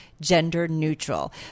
gender-neutral